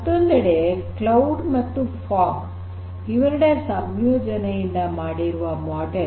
ಮತ್ತೊಂದೆಡೆ ಕ್ಲೌಡ್ ಮತ್ತು ಫಾಗ್ ಇವೆರಡರ ಸಂಯೋಜನೆಯಿಂದ ಮಾಡಿರುವ ಮಾಡೆಲ್